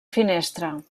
finestra